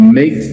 make